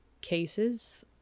cases